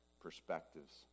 perspectives